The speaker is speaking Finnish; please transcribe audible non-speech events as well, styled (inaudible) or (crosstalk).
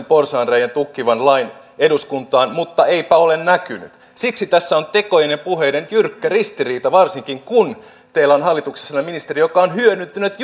(unintelligible) porsaanreiän tukkivan lain eduskuntaan mutta eipä ole näkynyt siksi tässä on tekojen ja puheiden jyrkkä ristiriita varsinkin kun teillä on hallituksessanne ministeri joka on hyödyntänyt (unintelligible)